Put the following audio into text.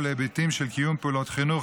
ולהיבטים של קיום פעולות חינוך,